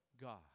God